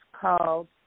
called